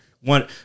One